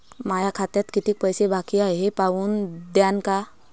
माया खात्यात कितीक पैसे बाकी हाय हे पाहून द्यान का?